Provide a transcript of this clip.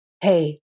Hey